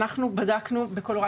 אנחנו בדקנו בקולורדו,